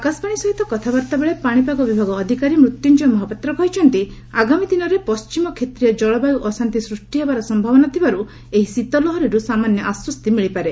ଆକାଶବାଣୀ ସହିତ କଥାବାର୍ତ୍ତା ବେଳେ ପାଣିପାଗ ବିଭାଗ ଅଧିକାରୀ ମୃତ୍ୟୁଞ୍ଜୟ ମହାପାତ୍ର କହିଛନ୍ତି ଆଗାମୀ ଦିନରେ ପଶ୍ଚିମ କ୍ଷେତୀୟ ଜଳବାୟ ଅଶାନ୍ତି ସୃଷ୍ଟି ହେବାର ସମ୍ଭାବନା ଥିବାର୍ ଏହି ଶୀତ ଲହରିର୍ ସାମାନ୍ୟ ଆଶ୍ୱଡି ମିଳିପାରେ